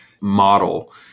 model